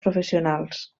professionals